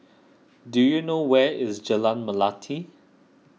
do you know where is Jalan Melati